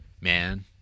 man